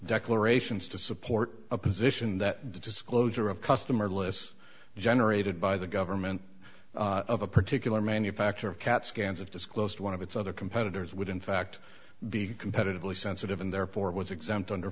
declarations to support a position that the disclosure of customer lists generated by the government of a particular manufacturer of cat scans of disclosed one of its other competitors would in fact be competitively sensitive and therefore it was exempt under